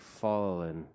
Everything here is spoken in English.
fallen